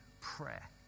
prayer